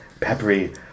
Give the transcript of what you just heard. peppery